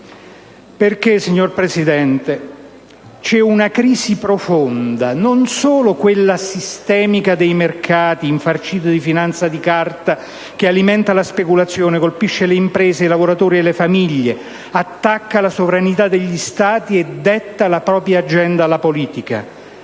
Ciò, signor Presidente, perché vi è una crisi profonda: non solo quella sistemica dei mercati, infarcita di finanza di carta che alimenta la speculazione, colpisce le imprese, i lavoratori e le famiglie, attacca la sovranità degli Stati e detta la propria agenda alla politica,